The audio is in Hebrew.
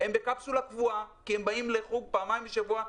הם בקפסולה קבועה כי הם מגיעים לחוג פעמיים בשבוע,